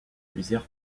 plusieurs